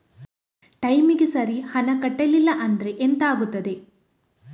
ಟೈಮಿಗೆ ಸರಿ ಹಣ ಕಟ್ಟಲಿಲ್ಲ ಅಂದ್ರೆ ಎಂಥ ಆಗುತ್ತೆ?